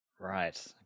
right